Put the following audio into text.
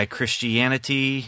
Christianity